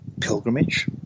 pilgrimage